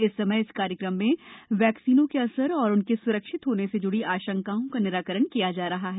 इस समय इस कार्यक्रम में वैक्सीनों के असर और उनके स्रक्षित होने से जुड़ी आशंकाओं का निराकरण किया जा रहा है